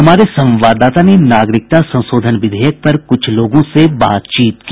हमारे संवाददाता ने नागरिकता संशोधन विधेयक पर कुछ लोगों से बातचीत की